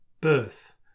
birth